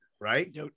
right